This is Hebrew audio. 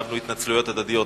והתחייבנו להתנצלויות הדדיות.